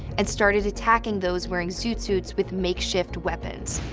and started attacking those wearing zoot suits with makeshift weapons.